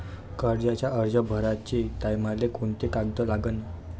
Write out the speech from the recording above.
कर्जाचा अर्ज भराचे टायमाले कोंते कागद लागन?